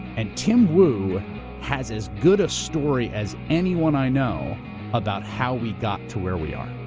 and tim wu has as good a story as anyone i know about how we got to where we are.